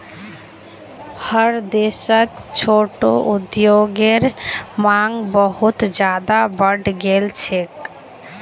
हर देशत छोटो उद्योगेर मांग बहुत ज्यादा बढ़ गेल छेक